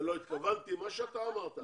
לא התכוונתי וכל מה שאתה אמרת.